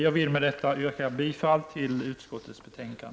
Jag vill med detta yrka bifall till utskottets hemställan.